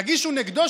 תגישו נגדו,